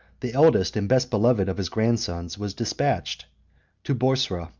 the eldest and best beloved of his grandsons, was despatched to boursa,